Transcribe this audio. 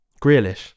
Grealish